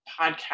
podcast